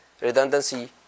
redundancy